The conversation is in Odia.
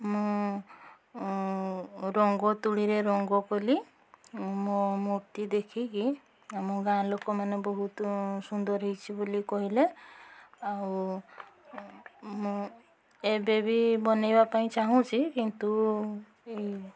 ମୁଁ ରଙ୍ଗ ତୂଳିରେ ରଙ୍ଗ କଲି ମୋ ମୂର୍ତ୍ତି ଦେଖିକି ଆମ ଗାଁ ଲୋକମାନେ ବହୁତ ସୁନ୍ଦର ହେଉଛି ବୋଲି କହିଲେ ଆଉ ମୁଁ ଏବେବି ବନାଇବା ପାଇଁ ଚାହୁଁଛି କିନ୍ତୁ ଏଇ